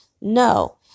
No